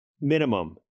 minimum